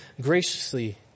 graciously